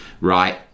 right